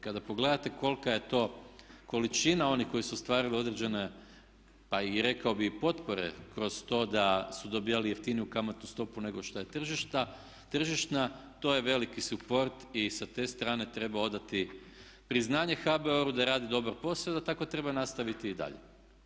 Kada pogledate kolika je to količina onih koji su ostvarili određene, pa i rekao bih potpore kroz to da su dobivali jeftiniju kamatnu stopu nego što je tržišna to je veliki suport i sa te strane treba odati priznanje HBOR-u da radi dobro posao i da tako treba nastaviti i dalje.